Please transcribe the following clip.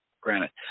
granite